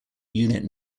unit